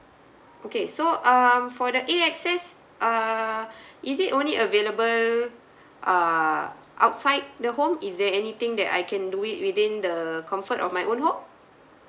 okay so um for that A_X_S err is it only available err outside the home is there anything that I can do it within the comfort of my own home